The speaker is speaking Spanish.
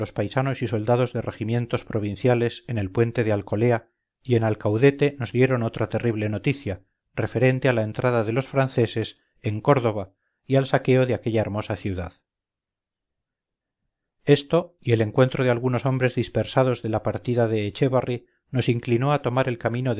paisanos y soldados de regimientos provinciales en el puente de alcolea y en alcaudete nos dieron otra terrible noticia referente a la entrada de los franceses en córdoba y al saqueo de aquella hermosa ciudad esto y el encuentro de algunos hombres dispersados de la partida de echévarri nos inclinó a tomar el camino de